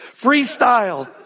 freestyle